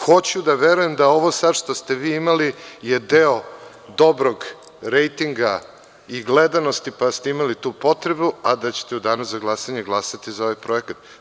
Hoću da verujem da ovo što ste vi imali je deo dobrog rejtinga i gledanosti, pa ste imali tu potrebu, a da ćete u danu za glasanje glasati za ovaj projekat.